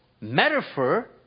metaphor